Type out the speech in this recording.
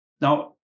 Now